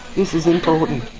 this is important.